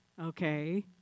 okay